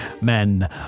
men